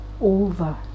over